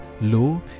low